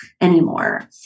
anymore